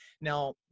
Now